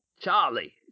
Charlie